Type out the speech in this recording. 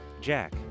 Jack